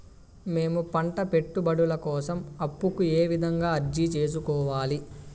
మేము పంట పెట్టుబడుల కోసం అప్పు కు ఏ విధంగా అర్జీ సేసుకోవాలి?